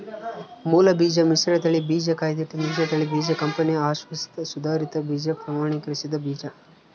ಮೂಲಬೀಜ ಮಿಶ್ರತಳಿ ಬೀಜ ಕಾಯ್ದಿಟ್ಟ ಮಿಶ್ರತಳಿ ಬೀಜ ಕಂಪನಿ ಅಶ್ವಾಸಿತ ಸುಧಾರಿತ ಬೀಜ ಪ್ರಮಾಣೀಕರಿಸಿದ ಬೀಜ